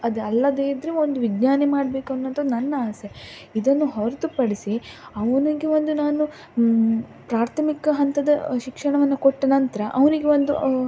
ಅದಲ್ಲದೆ ಇದ್ದರೆ ಒಂದು ವಿಜ್ಞಾನಿ ಮಾಡಬೇಕು ಅನ್ನೋದು ನನ್ನ ಆಸೆ ಇದನ್ನು ಹೊರತುಪಡಿಸಿ ಅವನಿಗೆ ಒಂದು ನಾನು ಪ್ರಾಥಮಿಕ ಹಂತದ ಶಿಕ್ಷಣವನ್ನು ಕೊಟ್ಟ ನಂತರ ಅವ್ನಿಗೆ ಒಂದು